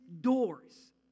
doors